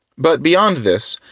but beyond this,